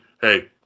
Hey